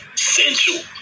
essential